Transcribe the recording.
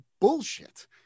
bullshit